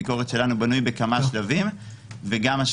אנחנו יודעים